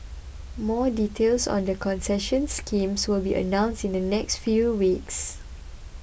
more details on the concession schemes will be announced in the next few weeks